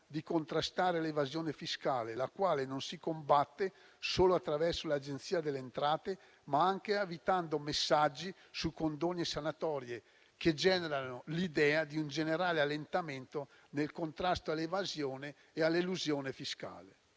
di contrastare l'evasione fiscale, la quale non si combatte solo attraverso l'Agenzia delle entrate, ma anche evitando messaggi su condoni e sanatorie, che generano l'idea di un generale allentamento del contrasto all'evasione e all'elusione fiscale.